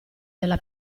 della